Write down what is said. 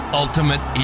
ultimate